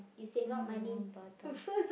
I want to go Batam